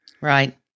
Right